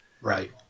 right